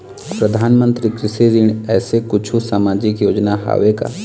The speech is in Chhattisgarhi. परधानमंतरी कृषि ऋण ऐसे कुछू सामाजिक योजना हावे का?